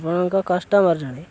ଆପଣଙ୍କ କଷ୍ଟମର୍ ଜଣେ